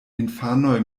infanoj